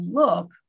look